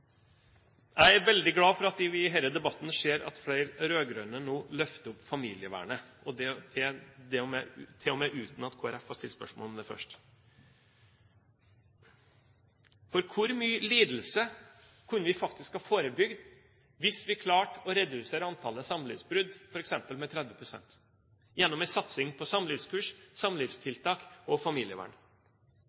Jeg er veldig glad for at vi i denne debatten ser at flere rød-grønne nå løfter opp familievernet, og det til og med uten at Kristelig Folkeparti har stilt spørsmål om det først. Hvor mye lidelse kunne vi faktisk ha forebygd hvis vi klarte å redusere antallet samlivsbrudd med f.eks. 30 pst. gjennom en satsing på samlivskurs, samlivstiltak og familievern?